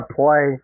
play